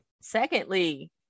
Secondly